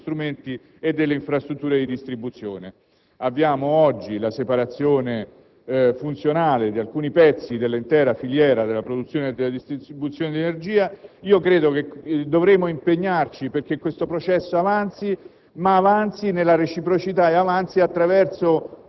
in ordine alle scelte strategiche e alla disponibilità generale degli strumenti e delle infrastrutture di distribuzione. Abbiamo oggi la separazione funzionale di alcuni pezzi dell'intera filiera della produzione e della distribuzione di energia. Credo che dovremmo impegnarci perché questo processo avanzi,